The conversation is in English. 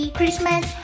Christmas